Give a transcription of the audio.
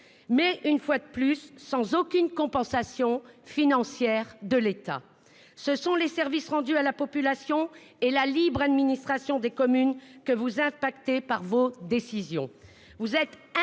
faites, une fois de plus, sans prévoir aucune compensation financière de l'État. Ce sont les services rendus à la population et la libre administration des communes que vous impactez par vos décisions.